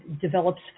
develops